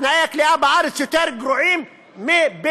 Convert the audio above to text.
תנאי הכליאה בארץ יותר גרועים מבמאוריציוס